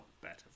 better